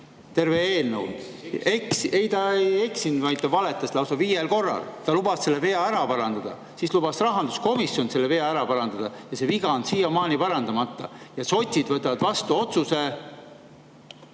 Terve eelnõu! Ei, ta ei eksinud, vaid ta valetas lausa viiel korral. Ta lubas selle vea ära parandada, siis lubas rahanduskomisjon selle vea ära parandada, aga see viga on siiamaani parandamata ja sotsid võtavad vastu otsuse